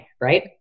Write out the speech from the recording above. Right